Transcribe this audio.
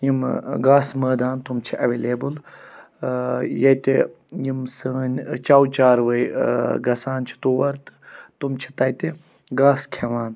یِم ٲں گاسہٕ مٲدان تِم چھِ ایٚولیبٕل ٲں ییٚتہِ یِم سٲنۍ چَو چاروٲے ٲں گژھان چھِ تور تہٕ تِم چھِ تَتہِ گاسہٕ کھیٚوان